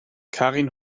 karin